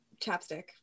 chapstick